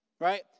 Right